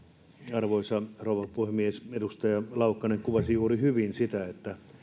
arvoisa rouva puhemies edustaja laukkanen kuvasi juuri hyvin sitä että